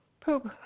poop